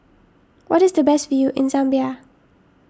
what is the best view in Zambia